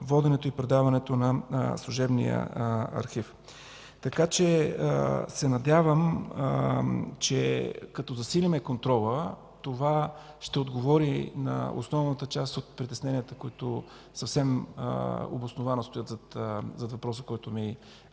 воденето и предаването на служебния архив. Надявам се, че като засилим контрола, това ще отговори на основната част от притесненията, които съвсем обосновано стоят зад въпроса, който ми